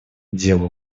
делу